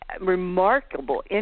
remarkable